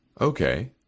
okay